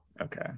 Okay